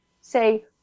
say